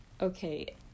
Okay